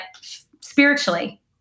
spiritually